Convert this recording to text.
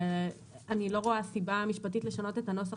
אני לא רואה סיבה משפטית לשנות את הנוסח